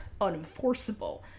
unenforceable